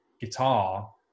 guitar